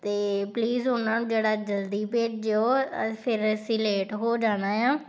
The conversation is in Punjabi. ਅਤੇ ਪਲੀਜ਼ ਉਹਨਾਂ ਨੂੰ ਜਿਹੜਾ ਜਲਦੀ ਭੇਜਿਓ ਅ ਫਿਰ ਅਸੀਂ ਲੇਟ ਹੋ ਜਾਣਾ ਆ